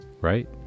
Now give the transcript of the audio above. right